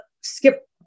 skip